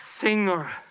singer